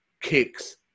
kicks